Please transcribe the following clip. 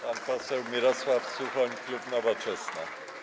Pan poseł Mirosław Suchoń, klub Nowoczesna.